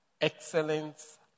excellence